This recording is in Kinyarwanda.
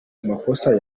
amakosa